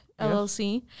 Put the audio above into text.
LLC